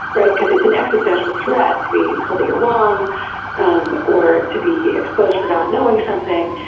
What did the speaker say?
right. because it's an existential threat to be told that you're wrong um or to be exposed for not knowing something.